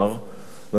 לא ניתנה לי הרשות